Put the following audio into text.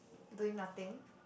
doing nothing